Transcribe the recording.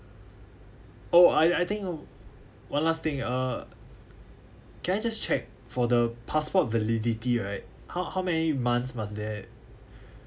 oh I I think uh one last thing uh can I just check for the passport validity right how how many months must there